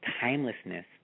timelessness